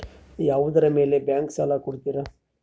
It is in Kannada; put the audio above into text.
ಯಾವುದರ ಮೇಲೆ ಬ್ಯಾಂಕ್ ಸಾಲ ಕೊಡ್ತಾರ?